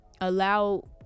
allow